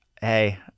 Hey